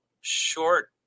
short